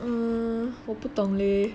mm 我不懂 leh